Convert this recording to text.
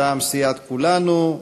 מטעם סיעת כולנו.